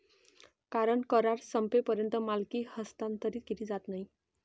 कारण करार संपेपर्यंत मालकी हस्तांतरित केली जात नाही